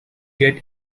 get